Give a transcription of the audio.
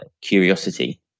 curiosity